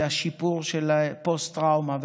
זה השיפור של הטיפול בפוסט-טראומה,